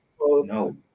no